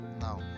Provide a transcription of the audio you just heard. now